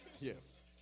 Yes